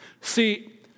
See